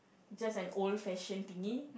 just an old fashion thingy